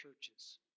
churches